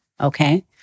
Okay